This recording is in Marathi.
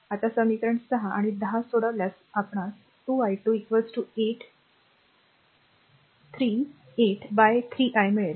आता समीकरण 6 आणि 10 सोडविल्यास आपणास 2 i2 8 3 8 by 3 i मिळेल